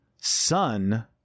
son